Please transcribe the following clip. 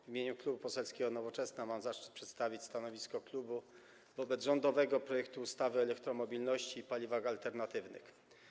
W imieniu Klubu Poselskiego Nowoczesna mam zaszczyt przedstawić stanowisko klubu wobec rządowego projektu ustawy o elektromobilności i paliwach alternatywnych.